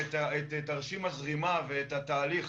את תרשים הזרימה ואת התהליך,